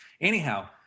Anyhow